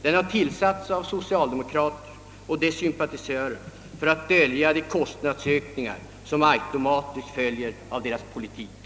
Den har tillsatts av socialdemokrater och deras sympatisörer för att dölja de kostnadsökningar som automatiskt följer av deras politik.